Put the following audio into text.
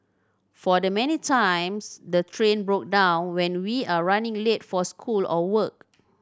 for the many times the train broke down when we are running late for school or work